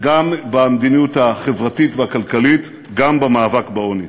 גם במדיניות החברתית והכלכלית וגם במאבק בעוני.